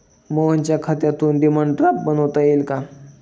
मोहनच्या खात्यातून demand draft बनवता येईल का?